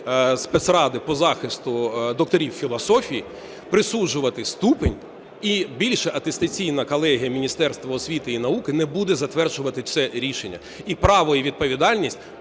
спецради по захисту докторів філософії, присуджувати ступінь, і більше атестаційна колегія Міністерства освіти й науки не буде затверджувати це рішення, право і відповідальність